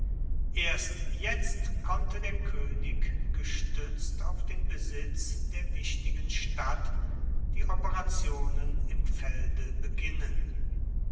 erst jetzt konnte der koenig gestuetzt auf den besitz der wichtigen stadt die operationen im felde beginnen